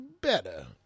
better